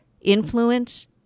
influence